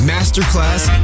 Masterclass